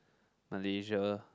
Malaysia